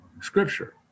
scripture